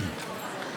עידן